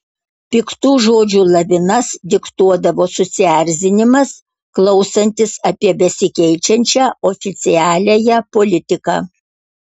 piktų žodžių lavinas diktuodavo susierzinimas klausantis apie besikeičiančią oficialiąją politiką